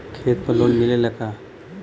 खेत पर लोन मिलेला का?